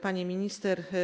Pani Minister!